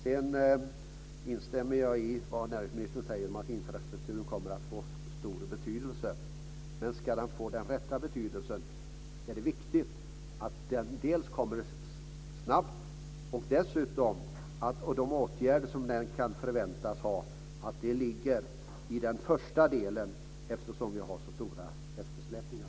Sedan instämmer jag i vad näringsministern säger om att infrastrukturen kommer att få stor betydelse. Men ska den få den rätta betydelsen är det viktigt att den kommer snabbt. Det är dessutom viktigt att åtgärder som vi kan förvänta oss ligger i den första delen eftersom vi har så stora eftersläpningar.